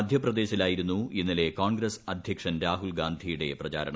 മധ്യപ്രദേശിലായിരുന്നു ഇന്നലെ കോൺഗ്രസ് അധ്യക്ഷൻ രാഹുൽ ഗാന്ധിയുടെ പ്രചാരണം